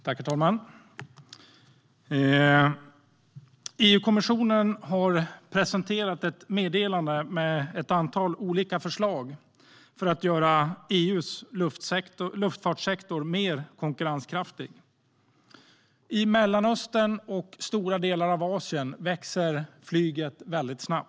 Herr talman! EU-kommissionen har presenterat ett meddelande med ett antal olika förslag för att göra EU:s luftfartssektor mer konkurrenskraftig. I Mellanöstern och stora delar av Asien växer flygsektorn explosionsartat.